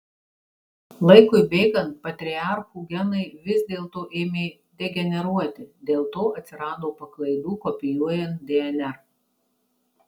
laikui bėgant patriarchų genai vis dėlto ėmė degeneruoti dėl to atsirado paklaidų kopijuojant dnr